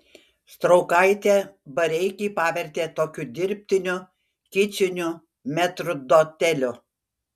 straukaitė bareikį pavertė tokiu dirbtiniu kičiniu metrdoteliu